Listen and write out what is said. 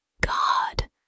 God